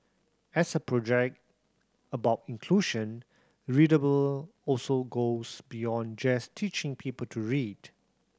as a project about inclusion readable also goes beyond just teaching people to read